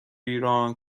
ایران